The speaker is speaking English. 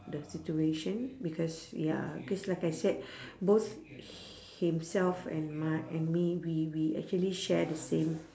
the situation because ya because like I said both himself and my and me we we actually share the same